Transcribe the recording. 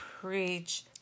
Preach